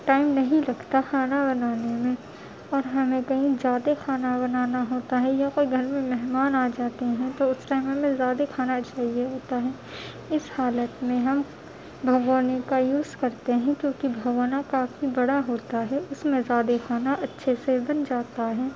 time نہیں لگتا ہے کھانا بنانے میں اور ہمیں کہیں زیادہ کھانا بنانا ہوتا ہے یا کوئی گھر میں مہمان آ جاتے ہیں تو اس ٹائم ہمیں زیادہ کھانا چاہیے ہوتا ہے اس حالت میں ہم بھگونے کا یوز کرتے ہیں کیونکہ بھگونا کافی بڑا ہوتا ہے اس میں زیادہ کھانا اچھے سے بن جاتا ہیں